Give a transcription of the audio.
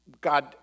God